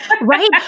Right